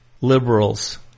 liberals